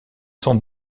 sans